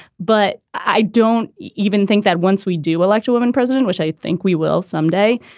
but i don't even think that once we do elect a woman president, which i think we will someday.